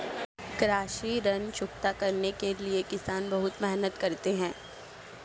कृषि ऋण चुकता करने के लिए किसान बहुत मेहनत करते हैं